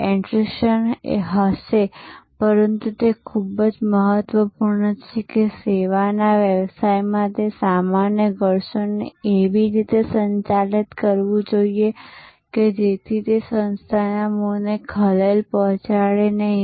attrition હશે પરંતુ તે ખૂબ જ મહત્વપૂર્ણ છે કે સેવાના વ્યવસાયમાં તે સામાન્ય ઘર્ષણને એવી રીતે સંચાલિત કરવું જોઈએ જેથી તે સંસ્થાના મૂળને ખલેલ પહોંચાડે નહીં